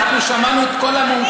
אנחנו שמענו את כל המומחים.